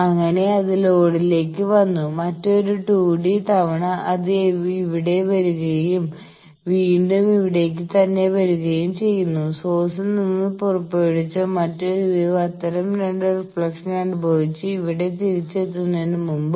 അങ്ങനെ അത് ലോഡിലേക്ക് വന്നു മറ്റൊരു 2 ടിഡി തവണ അത് ഇവിടെ വരുകയും വീണ്ടും ഇവിടെക്ക് തന്നെ വരുകയും ചെയ്യുന്നു സോഴ്സിൽ നിന്ന് പുറപ്പെടുവിച്ച മറ്റൊരു വേവ് അത്തരം രണ്ട് റിഫ്ലക്ഷൻ അനുഭവിച്ച് ഇവിടെ തിരിച്ചെതുന്നതിന് മുമ്പ്